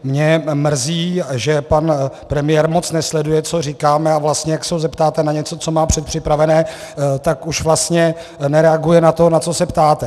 Mě mrzí, že pan premiér moc nesleduje, co říkáme, a vlastně jak se ho zeptáte na něco, co má předpřipravené, tak už vlastně nereaguje na to, na co se ptáte.